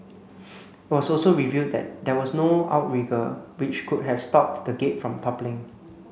it was also revealed that there was no outrigger which could have stopped the gate from toppling